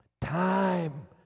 Time